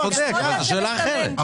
זה שאלה אחרת.